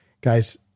guys